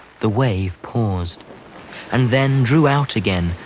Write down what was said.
the wave paused and then drew out again,